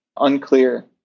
unclear